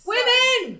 Women